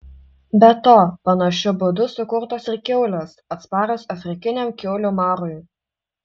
be to panašiu būdu sukurtos ir kiaulės atsparios afrikiniam kiaulių marui